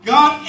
God